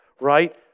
right